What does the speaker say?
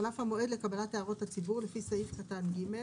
חלף המועד לקבלת הערות הציבור לפי סעיף קטן (ג),